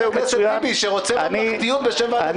טיבי שרוצה ממלכתיות בשם ועדת הבחירות?